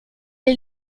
est